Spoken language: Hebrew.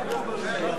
הבטיחו לך מקום ברשימה.